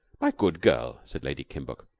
my good girl, said lady kimbuck,